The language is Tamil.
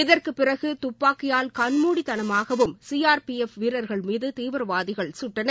இதற்கு பிறகு தப்பாக்கியால் கண்முடித்தனமாகவும் சிஆர்பிஎஃப் வீரர்கள் மீது தீவிரவாதிகள் சுட்டனர்